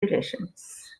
relations